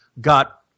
got